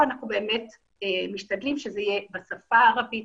אנחנו באמת משתדלים שזה יהיה בשפה הערבית,